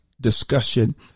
discussion